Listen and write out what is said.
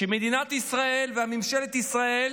שמדינת ישראל וממשלת ישראל